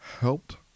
Helped